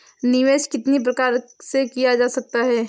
निवेश कितनी प्रकार से किया जा सकता है?